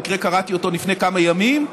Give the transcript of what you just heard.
במקרה קראתי אותו לפני כמה ימים,